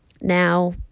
Now